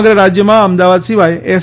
સમગ્ર રાજ્યમાં અમદાવાદ સિવાય એસ